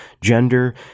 gender